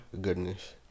goodness